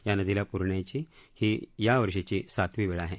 या नदीला पूर येण्याची ही या वर्षीची सातवी वेळ आहे